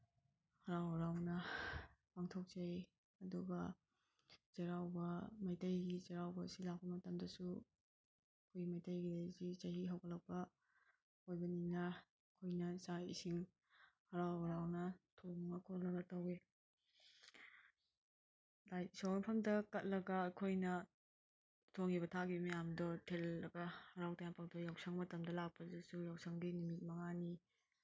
ꯍꯔꯥꯎ ꯍꯔꯥꯎꯅ ꯄꯥꯡꯊꯣꯛꯆꯩ ꯑꯗꯨꯒ ꯆꯩꯔꯥꯎꯕ ꯃꯩꯇꯩꯒꯤ ꯆꯩꯔꯥꯎꯕ ꯑꯁꯤ ꯂꯥꯛꯄ ꯃꯇꯝꯗꯁꯨ ꯑꯩꯈꯣꯏ ꯃꯩꯇꯩꯒꯤ ꯆꯍꯤ ꯍꯧꯒꯠꯂꯛꯄ ꯑꯣꯏꯕꯅꯤꯅ ꯑꯩꯈꯣꯏꯅ ꯆꯥꯛ ꯏꯁꯤꯡ ꯍꯔꯥꯎ ꯍꯔꯥꯎꯅ ꯊꯣꯡꯉ ꯈꯣꯠꯂꯒ ꯇꯧꯋꯤ ꯂꯥꯏ ꯏꯁꯣꯔ ꯃꯐꯝꯗ ꯀꯠꯂꯒ ꯑꯩꯈꯣꯏꯅ ꯊꯣꯡꯉꯤꯕ ꯊꯥꯛꯏꯕ ꯃꯌꯥꯝꯗꯣ ꯊꯤꯜꯂꯒ ꯍꯔꯥꯎ ꯇꯌꯥꯝ ꯄꯥꯡꯊꯣꯛꯏ ꯌꯥꯎꯁꯪ ꯃꯇꯝꯗ ꯂꯥꯛꯄꯁꯤꯁꯨ ꯌꯥꯎꯁꯪꯒꯤ ꯅꯨꯃꯤꯠ ꯃꯉꯥꯅꯤ